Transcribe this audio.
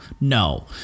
No